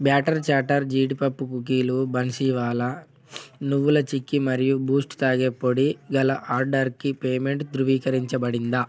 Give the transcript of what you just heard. batter Chatter జీడిపప్పు కుకీలు బన్సీవాలా నువ్వుల చిక్కీ మరియు బూస్ట్ తాగే పొడి గల ఆర్డర్కి పేమెంటు ధృవీకరించబడిందా